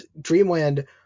Dreamland